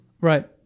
Right